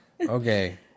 Okay